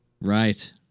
Right